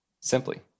simply